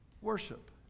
Worship